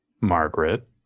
Margaret